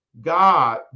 God